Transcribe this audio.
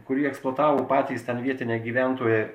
kurį eksploatavo patys ten vietiniai gyventojai